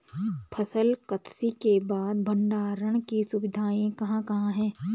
फसल कत्सी के बाद भंडारण की सुविधाएं कहाँ कहाँ हैं?